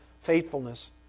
faithfulness